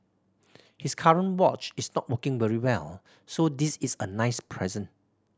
his current watch is not working very well so this is a nice present